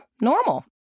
normal